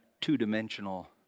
two-dimensional